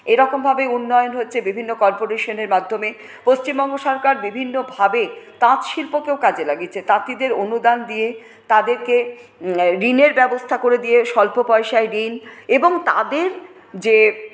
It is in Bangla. এরকমভাবে উন্নয়ন হচ্ছে বিভিন্ন কর্পোরেশনের মাধ্যমে পশ্চিমবঙ্গ সরকার বিভিন্নভাবে তাঁত শিল্পকেও কাজে লাগিয়েছে তাঁতিদের অনুদান দিয়ে তাদেরকে ঋণের ব্যবস্থা করে দিয়ে স্বল্প পয়সায় ঋণ এবং তাদের যে